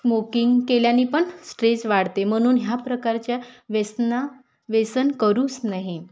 smoking केल्याने पण stress वाढते म्हणून ह्या प्रकारच्या व्यसना व्यसन करूच नही